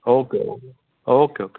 okay okay okay okay